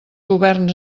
governs